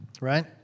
Right